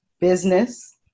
business